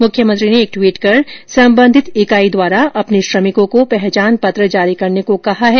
मुख्यमंत्री ने एक ट्वीट कर सम्बन्धित इकाई द्वारा अपने श्रमिकों को पहचान पत्र जारी करने को कहा है